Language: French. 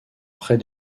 près